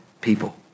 people